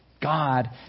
God